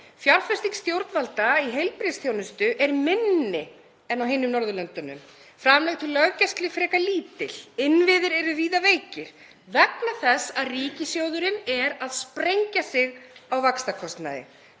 Fjárfesting stjórnvalda í heilbrigðisþjónustu er minni en á hinum Norðurlöndunum, framlög til löggæslu frekar lítil og innviðir eru víða veikir vegna þess að ríkissjóður er að sprengja sig á vaxtakostnaði.